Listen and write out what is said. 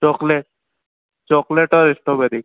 chocolate chocolate और strawberry